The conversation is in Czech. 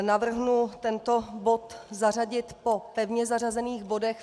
Navrhuji tento bod zařadit po pevně zařazených bodech.